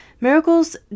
miracles